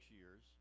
years